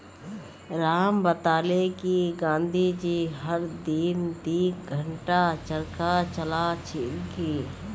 राम बताले कि गांधी जी हर दिन दी घंटा चरखा चला छिल की